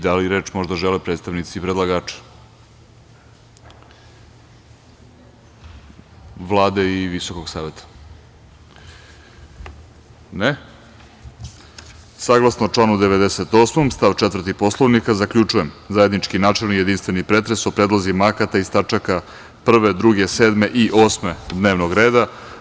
Da li reč možda žele predstavnici predlagača, Vlade i Visokog saveta? (Ne.) Saglasno članu 98, stav 4. Poslovnika, zaključujem zajednički načelni i jedinstveni pretres o predlozima akata iz tačaka 1, 2, 7. i 8. dnevnog reda.